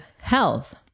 health